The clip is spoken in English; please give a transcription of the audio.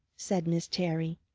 said miss terry.